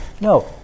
No